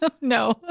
No